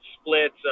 splits